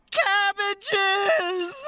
cabbages